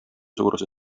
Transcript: suuruse